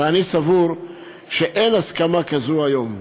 ואני סבור שאין הסכמה כזאת היום.